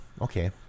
okay